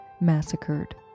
massacred